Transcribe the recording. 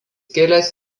kilęs